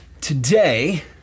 today